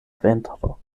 ventro